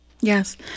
Yes